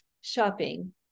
shopping